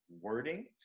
wording